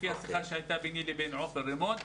לפי השיחה שהייתה לי עם עופר רימון.